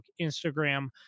Instagram